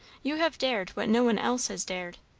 you have dared what no one else has dared.